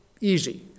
easy